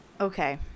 Okay